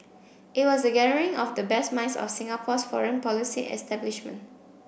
it was a gathering of the best minds of Singapore's foreign policy establishment